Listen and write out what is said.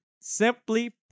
Simply